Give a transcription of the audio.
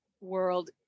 world